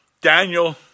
Daniel